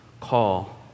call